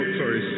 sorry